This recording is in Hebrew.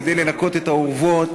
כדי לנקות את האורוות